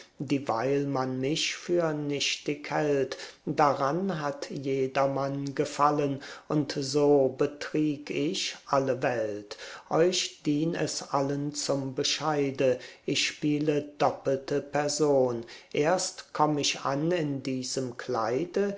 dieweil man mich für nichtig hält daran hat jedermann gefallen und so betrüg ich alle welt euch dien es allen zum bescheide ich spiele doppelte person erst komm ich an in diesem kleide